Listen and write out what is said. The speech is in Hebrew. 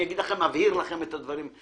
אני אבהיר לכם את הדברים.